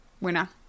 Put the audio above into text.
Winner